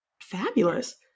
fabulous